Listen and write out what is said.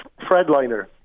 Fredliner